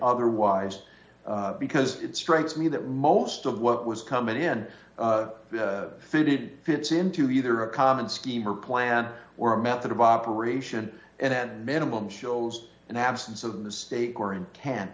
otherwise because it strikes me that most of what was coming in fitted fits into either a common scheme or plan or a method of operation and minimum shows an absence of mistake or intent